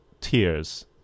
tears